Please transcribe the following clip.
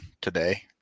today